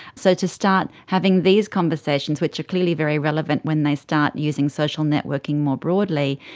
so to start having these conversations which are clearly very relevant when they start using social networking more broadly,